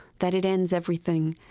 that it ends everything.